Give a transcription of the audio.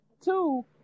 Two